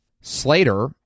Slater